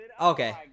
okay